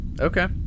Okay